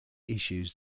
issues